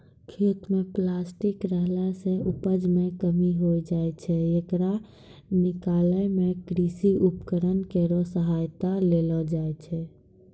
खेत म प्लास्टिक रहला सें उपज मे कमी होय जाय छै, येकरा निकालै मे कृषि उपकरण केरो सहायता लेलो जाय छै